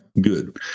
good